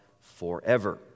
forever